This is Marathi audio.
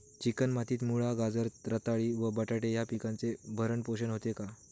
चिकण मातीत मुळा, गाजर, रताळी व बटाटे या पिकांचे भरण पोषण होते का?